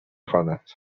خواند